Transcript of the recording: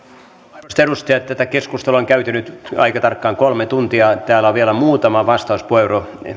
arvoisat edustajat tätä keskustelua on käyty nyt aika tarkkaan kolme tuntia täällä on vielä muutama vastauspuheenvuoro